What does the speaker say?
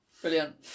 brilliant